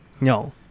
No